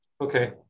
Okay